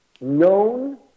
known